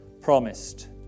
promised